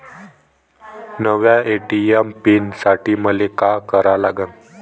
नव्या ATM PIN साठी मले का करा लागन?